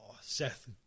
Seth